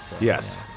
Yes